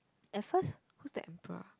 at first who's that emperor